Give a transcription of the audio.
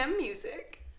music